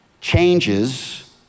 changes